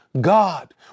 God